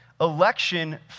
election